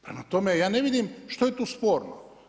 Prema tome ja ne vidim što je tu sporno.